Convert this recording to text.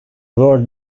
word